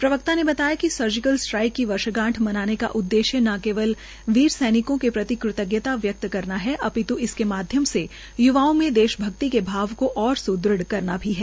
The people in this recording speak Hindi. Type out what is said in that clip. प्रवक्ता ने बताया कि सर्जिकल स्ट्राइक की वर्षगांठ मनाने का उद्देश्य न केवल वीर सैनिकों के प्रति कृतज्ञता व्यक्त करना है अपित्ल इसके माध्यम से य्वाओं में देशभक्ति के भाव को और सुदृढ करना भी है